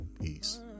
Peace